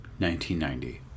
1990